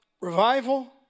revival